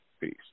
Peace